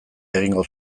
egingo